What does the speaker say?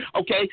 Okay